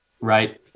right